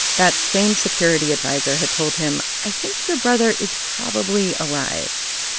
that same security adviser had told him, i think your brother is probably alive.